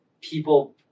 people